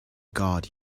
god